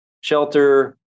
shelter